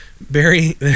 Barry